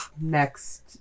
next